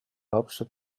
hauptstadt